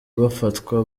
bafatwa